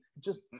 just-